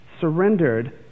surrendered